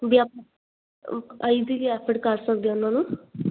ਵੀ ਆਪਾਂ I P effort ਕਰ ਸਕਦੇ ਆ ਉਹਨਾਂ ਨੂੰ